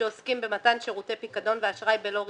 שעוסקים במתן שירותי פיקדון ואשראי בלא ריבית,